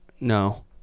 No